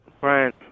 Brian